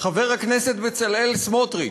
חבר הכנסת בצלאל סמוטריץ.